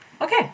Okay